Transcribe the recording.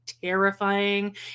terrifying